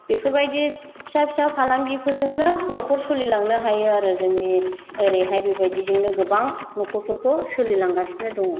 बेफोरबायदि फिसा फिसा फालांगिफोरजोंनो न'खर सोलिलांनो हायो आरो जोंनि ओरैहाय बेबायदिजोंनो गोबां न'खरफोरखौ सोलिलांगासिनो दं